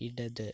ഇടത്